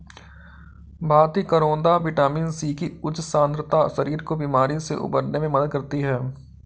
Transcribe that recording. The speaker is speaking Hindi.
भारतीय करौदा विटामिन सी की उच्च सांद्रता शरीर को बीमारी से उबरने में मदद करती है